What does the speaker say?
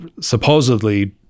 supposedly